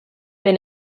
been